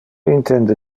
intende